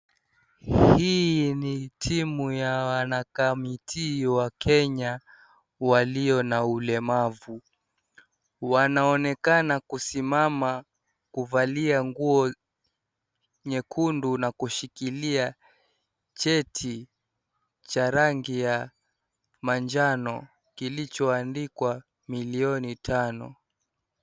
Hii ni timu ya wanakamitii wa Kenya walio na ulemavu. Wanaonekana kusimama kuvalia nguo nyekundu na kushikilia cheti cha rangi ya manjano kilichoandikwa milioni tano